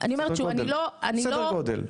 סדר גודל.